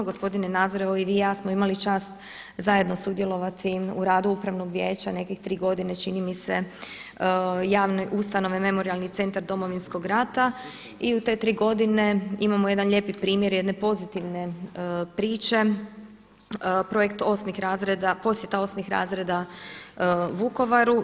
Gospodine Nazor evo i vi i ja smo imali čast zajedno sudjelovati u radu upravnog vijeća nekih 3 godine čini mi se javne ustanove, Memorijalni centar Domovinskog rata i u te 3 godine imamo jedan lijepi primjer jedne pozitivne priče projekt posjete 8 razreda Vukovaru.